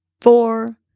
four